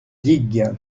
digue